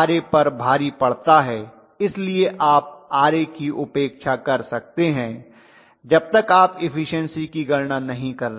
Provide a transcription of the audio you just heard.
Ra पर भारी पड़ता है इसलिए आप Ra की उपेक्षा कर सकते हैं जब तक आप इफिशन्सी की गणना नहीं कर रहे हैं